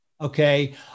Okay